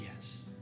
yes